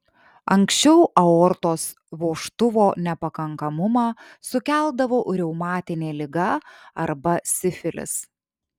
anksčiau aortos vožtuvo nepakankamumą sukeldavo reumatinė liga arba sifilis